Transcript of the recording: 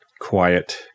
quiet